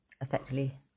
effectively